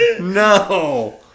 No